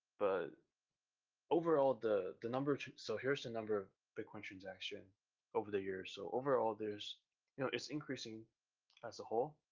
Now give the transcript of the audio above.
but overall the the number, so here's the number of bitcoin transactions over the years. so overall there's, you know it's increasing as a whole.